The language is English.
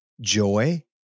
joy